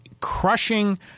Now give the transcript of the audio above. crushing